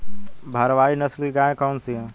भारवाही नस्ल की गायें कौन सी हैं?